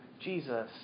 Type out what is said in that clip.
Jesus